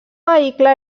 vehicle